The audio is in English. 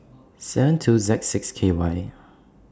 seven two Z six K Y